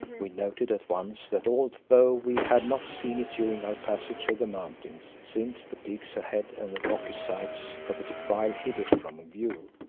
we noted at once that although we had not seen it during our passage of the mountains, since the peaks ahead and the rocky sides of the defile hid it from view,